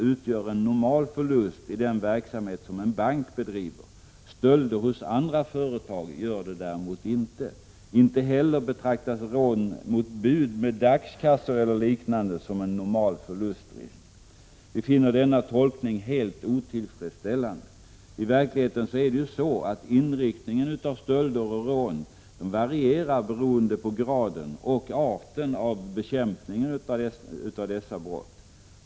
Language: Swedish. utgör en normal förlustrisk i den verksamhet som en bank bedriver. Stölder hos andra företag gör det däremot inte. Inte heller betraktas rån av bud med dagskassor eller liknande som en normal förlustrisk. Vi finner denna tolkning helt otillfredsställande. I verkligheten varierar inriktningen av stölder och rån beroende på graden och arten av bekämpning av sådana brott.